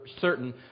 certain